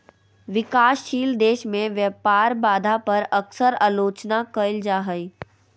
विकासशील देश में व्यापार बाधा पर अक्सर आलोचना कइल जा हइ